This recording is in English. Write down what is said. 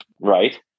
Right